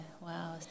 wow